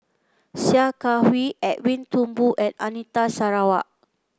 Sia Kah Hui Edwin Thumboo and Anita Sarawak